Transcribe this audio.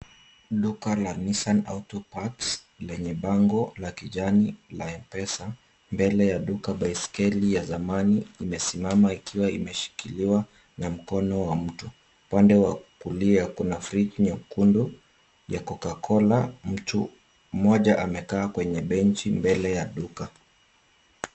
Duka la Nissan Auto-parts lenye bango la kijani la M-Pesa. Mbele ya duka baiskeli ya zamani imesimama ikiwa imeshikiliwa na mkono wa mtu. Upande wa kulia kuna friji nyekundu ya cocacola. Mtu mmoja amekaa kwenye benchi mbele ya duka.